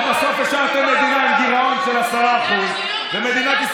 אבל בסוף השארתם מדינה עם גירעון של 10% בגלל מדיניות